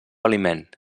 aliment